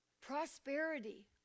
Prosperity